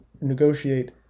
negotiate